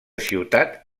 ciutat